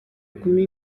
kumi